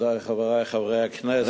ידידי וחברי חברי הכנסת,